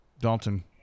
dalton